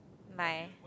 my